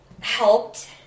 helped